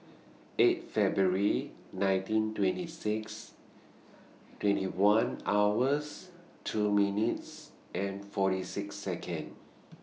eight February nineteen twenty six twenty one hours two minutes forty six Second